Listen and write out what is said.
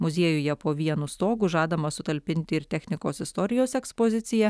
muziejuje po vienu stogu žadama sutalpinti ir technikos istorijos ekspoziciją